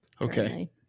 Okay